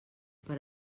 per